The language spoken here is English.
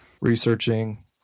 researching